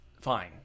fine